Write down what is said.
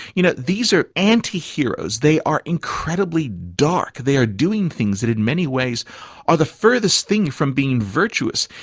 you know these are anti-heroes, they are incredibly dark, they are doing things that in many ways are the furthest thing from being virtuous,